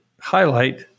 highlight